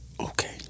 Okay